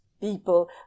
people